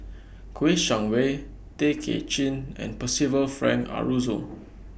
Kouo Shang Wei Tay Kay Chin and Percival Frank Aroozoo